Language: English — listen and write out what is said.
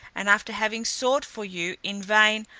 and after having sought for you in vain,